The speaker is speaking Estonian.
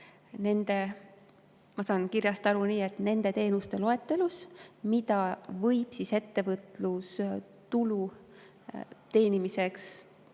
ma saan kirjast aru nii – nende teenuste loetelus, mida võib ettevõtlustulu teenimiseks